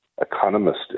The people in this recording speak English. economist